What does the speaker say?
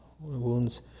Wounds